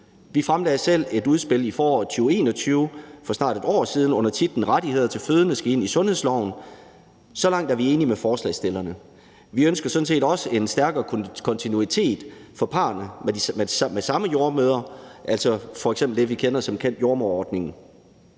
Vi fremlagde selv et udspil i foråret 2021, for snart et år siden, under titlen »Rettigheder til fødende skal ind i sundhedsloven«. Så langt er vi enige med forslagsstillerne. Vi ønsker sådan set også en bedre kontinuitet for parrene med de samme jordemødre, altså f.eks. som det, vi kender som kendt jordemoder-ordningen.